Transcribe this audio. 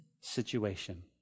situation